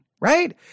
right